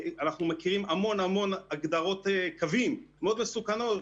אנחנו מכירים המון המון הגדרות קווים מאוד מסוכנים.